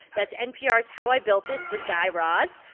that's npr's how i built this with guy raz.